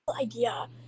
idea